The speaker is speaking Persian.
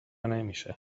نمیشه